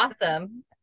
awesome